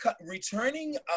returning